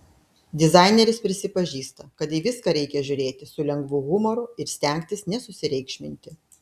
dizaineris prisipažįsta kad į viską reikia žiūrėti su lengvu humoru ir stengtis nesusireikšminti